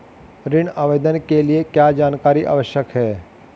ऋण आवेदन के लिए क्या जानकारी आवश्यक है?